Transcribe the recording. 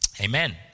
Amen